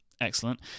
excellent